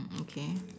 okay